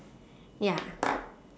ya